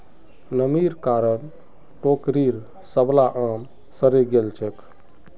नमीर कारण टोकरीर सबला आम सड़े गेल छेक